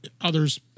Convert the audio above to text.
others